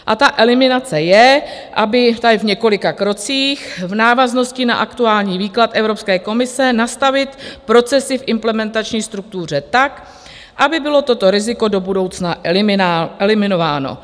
A ta eliminace je, aby ta je v několika krocích, v návaznosti na aktuální výklad Evropské komise nastavit procesy v implementační struktuře tak, aby bylo toto riziko do budoucna eliminováno.